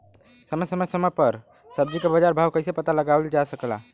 समय समय समय पर सब्जी क बाजार भाव कइसे पता लगावल जा सकेला?